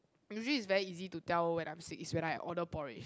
usually is very easy to tell when I'm sick it's when I order porridge